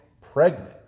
pregnant